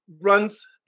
runs